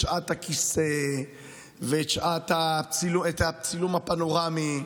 את שעת הכיסא ואת הצילום הפנורמי.